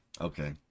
Okay